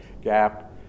Gap